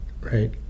right